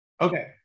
Okay